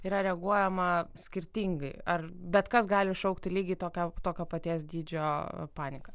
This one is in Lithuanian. yra reaguojama skirtingai ar bet kas gali iššaukti lygiai tokią tokio paties dydžio paniką